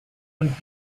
und